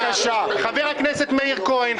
חבר הכנסת מאיר כהן,